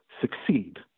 succeed